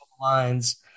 lines